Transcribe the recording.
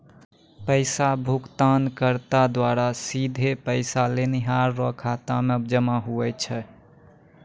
पैसा भुगतानकर्ता द्वारा सीधे पैसा लेनिहार रो खाता मे जमा हुवै छै